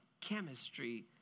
chemistry